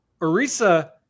Arisa